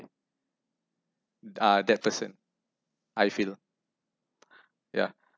ah that person I feel ya